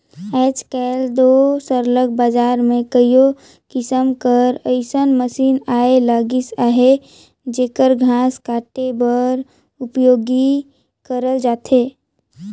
आएज काएल दो सरलग बजार में कइयो किसिम कर अइसन मसीन आए लगिन अहें जेहर घांस काटे बर उपियोग करल जाथे